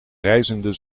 rijzende